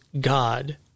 God